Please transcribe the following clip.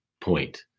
point